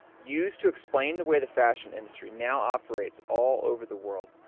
used to explain the way the fashion industry now operates all over the world.